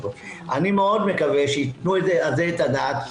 אני מאוד מקווה שיתנו על כך את הדעת,